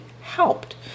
helped